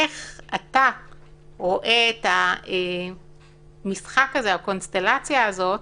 איך אתה רואה את המשחק הזה או הקונסטלציה הזאת